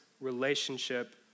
relationship